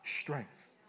strength